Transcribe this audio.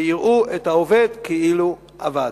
ויראו את העובד כאילו עבד.